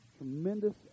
Tremendous